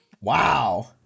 Wow